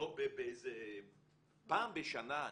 פעם בשנה.